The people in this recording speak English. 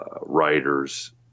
writers